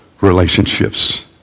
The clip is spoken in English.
relationships